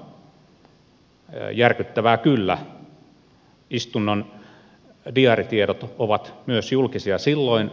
nykylainsäädännön mukaan järkyttävää kyllä istunnon diaaritiedot ovat myös julkisia silloin